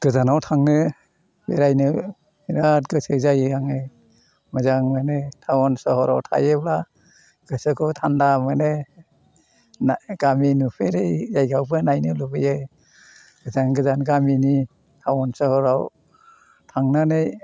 गोजानाव थांनो बेरायनो बेराद गोसो जायो आङो मोजां मोनो टाउन सहराव थायोब्ला गोसोखौ थान्दा मोनो ना गामि नुफेरै जायगायावबो नायनो लुबैयो गोजान गोजान गामिनि टाउन सहराव थांनानै